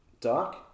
dark